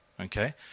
Okay